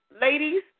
Ladies